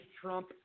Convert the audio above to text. Trump